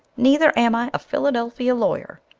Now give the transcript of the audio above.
neither am i a philadelphia lawyer.